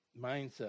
mindset